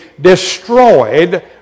destroyed